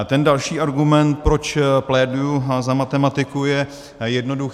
Ten další argument, proč pléduji za matematiku, je jednoduchý.